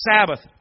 Sabbath